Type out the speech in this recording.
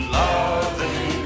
loving